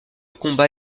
combat